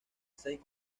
seis